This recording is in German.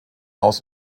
aus